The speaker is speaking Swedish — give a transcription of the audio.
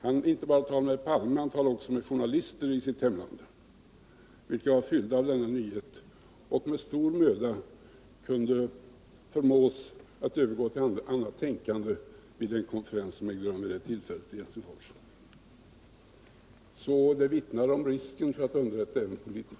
Han talade inte bara med herr Palme — han talade också med journalister i sitt hemland, vilka var fyllda av denna nyhet och endast med stor möda kunde förmås att övergå till annat tänkande vid den konferens som vid det tillfället ägde rum i Helsingfors. Det vittnar om risken att underrätta även politiker.